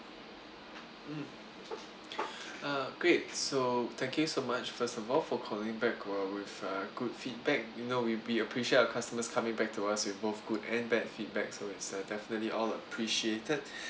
mm uh great so thank you so much first of all for calling back uh with a good feedback you know we we appreciate our customers coming back to us with both good and bad feedback so it's uh definitely all appreciated